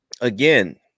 again